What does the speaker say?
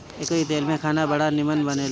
एकरी तेल में खाना बड़ा निमन बनेला